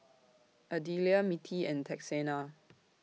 Adelia Mittie and Texanna